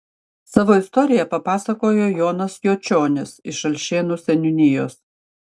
savo istoriją papasakojo jonas jočionis iš alšėnų seniūnijos